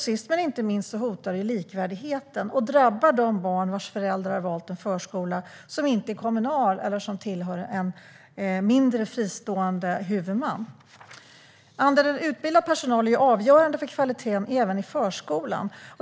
Sist men inte minst hotar det likvärdigheten och drabbar de barn vars föräldrar har valt en förskola som inte är kommunal eller tillhör en mindre fristående huvudman. Andelen utbildad personal är avgörande för kvaliteten även i förskolan.